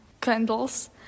candles